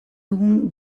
dugun